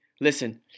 Listen